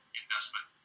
investment